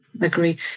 agree